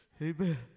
Amen